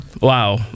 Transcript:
Wow